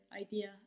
idea